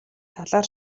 талаар